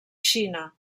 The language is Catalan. xina